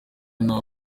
nta